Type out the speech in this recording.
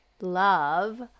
love